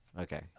Okay